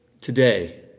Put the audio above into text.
today